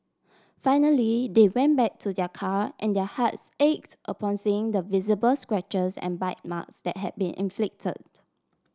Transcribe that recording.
finally they went back to their car and their hearts ached upon seeing the visible scratches and bite marks that had been inflicted